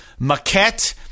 Maquette